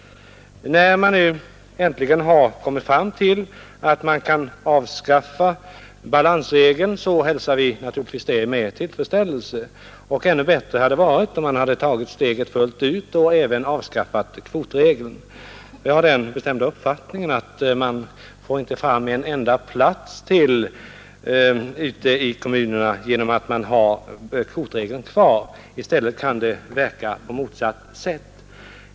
När man nu äntligen kommit fram till att man kan avskaffa balansregeln så hälsar vi naturligtvis det med tillfredsställelse. Ännu bättre hade det varit om man hade tagit steget fullt ut och även avskaffat kvotregeln. Jag har den bestämda uppfattningen att man får inte fram en enda plats ytterligare ute i kommunerna genom att ha kvotregeln kvar. I stället kan det verka på motsatt sätt.